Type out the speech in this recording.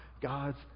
God's